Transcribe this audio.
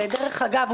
ודרך אגב,